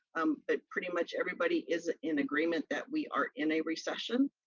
um ah pretty much everybody is ah in agreement that we are in a recession,